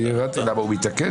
אני הבנתי למה הוא מתעקש,